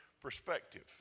perspective